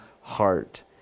heart